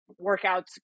workouts